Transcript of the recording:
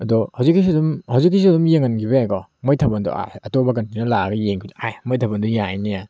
ꯑꯗꯣ ꯍꯧꯖꯤꯛꯀꯤꯁꯨ ꯑꯗꯨꯝ ꯍꯧꯖꯤꯛꯀꯤꯁꯤꯁꯨ ꯑꯗꯨꯝ ꯌꯦꯡꯍꯟꯈꯤꯕ ꯌꯥꯏꯀꯣ ꯃꯣꯏ ꯊꯥꯕꯜꯗꯣ ꯑꯇꯣꯞꯄ ꯀꯟꯇ꯭ꯔꯤꯅ ꯂꯥꯛꯂꯒ ꯌꯦꯡꯈꯤꯕꯗ ꯑꯥꯏ ꯃꯣꯏ ꯊꯥꯕꯜꯗꯨ ꯌꯥꯏꯅꯦ